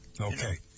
Okay